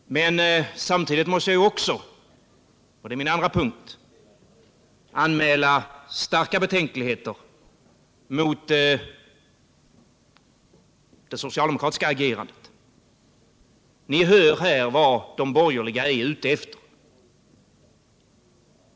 Samtidigt måste jag också — det är min andra kommentar — anmäla starka betänkligheter mot det socialdemokratiska agerandet. Ni hör här vad de borgerliga är ute efter.